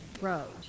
road